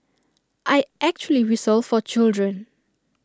I actually whistle for children